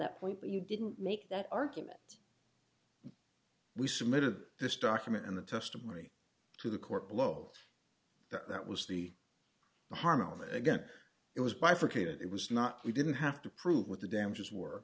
that point you didn't make that argument we submitted this document in the testimony to the court below that was the harm of it again it was bifurcated it was not we didn't have to prove what the damages w